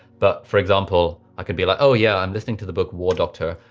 but for example, i can be like, oh yeah, i'm listening to the book war doctor.